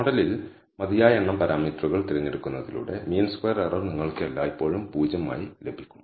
മോഡലിൽ മതിയായ എണ്ണം പാരാമീറ്ററുകൾ തിരഞ്ഞെടുക്കുന്നതിലൂടെ മീൻ സ്ക്വയർ എറർ നിങ്ങൾക്ക് എല്ലായ്പ്പോഴും 0 ആയി ലഭിക്കും